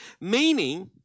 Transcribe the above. meaning